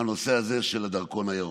הנושא הזה של הדרכון הירוק.